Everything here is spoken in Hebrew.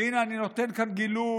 והינה אני נותן כאן גילוי,